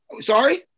Sorry